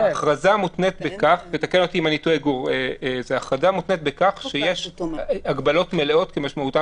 ההכרזה מותנית בכך שיש הגבלות מלאות כמשמעותן